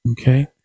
Okay